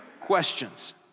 questions